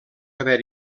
haver